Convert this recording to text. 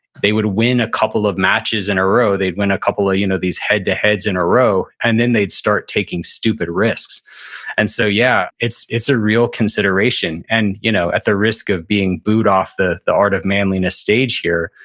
they would win a couple of matches in a row, they'd win a couple of you know these head-to-heads in a row, and then they'd start taking stupid risks and so yeah, it's it's a real consideration. and you know at the risk of being booed off the the art of manliness stage here,